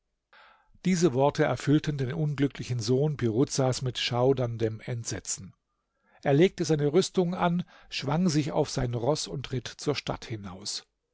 diese worte erfüllten den unglücklichen sohn piruzas mit schauderndem entsetzen er legte seine rüstung an schwang sich auf sein roß und ritt zur stadt hinaus